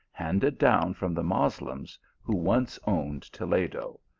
handed down from the moslems who once owned toledo.